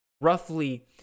roughly